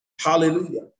Hallelujah